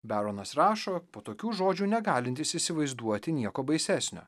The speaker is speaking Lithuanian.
beronas rašo po tokių žodžių negalintis įsivaizduoti nieko baisesnio